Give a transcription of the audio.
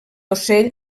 ocell